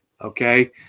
okay